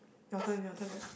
your turn your turn right